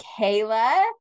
Kayla